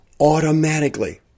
automatically